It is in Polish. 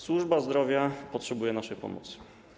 Służba zdrowia potrzebuje naszej pomocy.